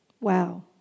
Wow